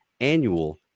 annual